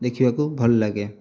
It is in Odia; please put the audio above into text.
ଦେଖିବାକୁ ଭଲ ଲାଗେ